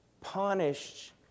punished